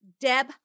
Deb